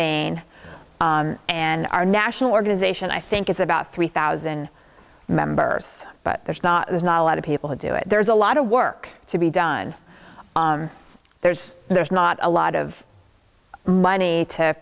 maine and our national organisation i think it's about three thousand members but there's not there's not a lot of people who do it there's a lot of work to be done there's there's not a lot of money to